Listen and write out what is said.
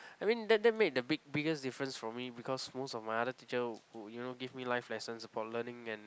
I mean that that made the big biggest difference for me because most of my other teacher will you know give me life lessons about learning and